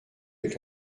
avec